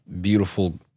beautiful